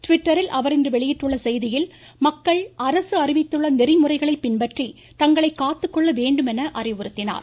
டிவிட்டரில் அவர் வெளியிட்டுள்ள செய்தியில் மக்கள் அரசு அறிவித்துள்ள நெறிமுறைகளை பின்பற்றி தங்களை காத்து கொள்ள வேண்டும் என அறிவுறுத்தினார்